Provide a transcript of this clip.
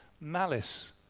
malice